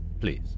please